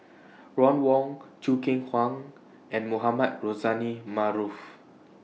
Ron Wong Choo Keng Kwang and Mohamed Rozani Maarof